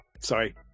Sorry